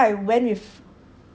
what is that e~ ya so I went with